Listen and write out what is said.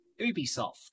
Ubisoft